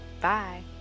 Bye